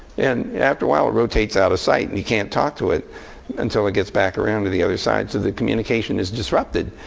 and after a while, it rotates out of sight and you can't talk to it until it gets back around to the other side. so the communication is disrupted.